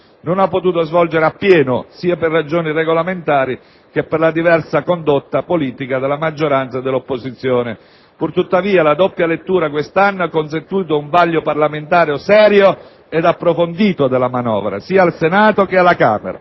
non ha potuto svolgere appieno sia per ragioni regolamentari che per la diversa condotta politica della maggioranza e dell'opposizione. Pur tuttavia, la doppia lettura quest'anno ha consentito un vaglio parlamentare serio ed approfondito della manovra sia al Senato che alla Camera,